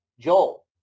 Joel